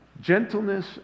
gentleness